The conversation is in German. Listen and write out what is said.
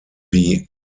wie